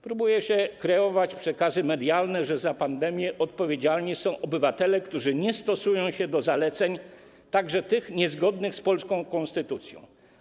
Próbuje się kreować przekazy medialne, że za pandemię odpowiedzialni są obywatele, którzy nie stosują się do zaleceń, także tych niezgodnych z polską konstytucją.